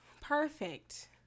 Perfect